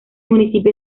municipio